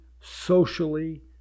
socially